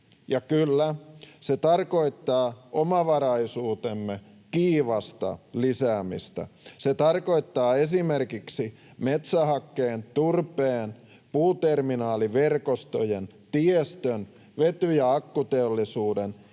Ja kyllä, se tarkoittaa omavaraisuutemme kiivasta lisäämistä. Se tarkoittaa esimerkiksi metsähakkeen, turpeen, puuterminaaliverkostojen, tiestön, vety- ja akkuteollisuuden